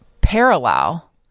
parallel